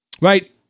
Right